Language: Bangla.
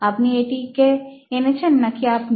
আপনি এটিকে এনেছেন নাকি আপনি